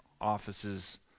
offices